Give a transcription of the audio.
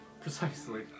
Precisely